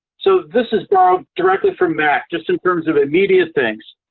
so this is directly from mac just in terms of immediate things.